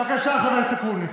בבקשה, חבר הכנסת אקוניס.